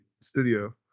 Studio